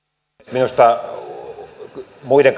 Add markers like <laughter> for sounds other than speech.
minusta muiden <unintelligible>